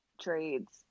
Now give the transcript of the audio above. trades